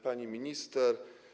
Pani Minister!